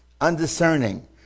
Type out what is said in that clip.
undiscerning